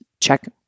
check